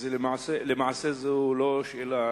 למעשה, זו לא שאלה.